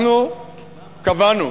אנחנו קבענו,